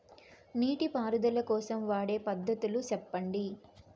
నీటి పారుదల కోసం వాడే పద్ధతులు సెప్పండి?